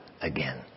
again